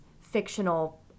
fictional